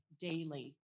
daily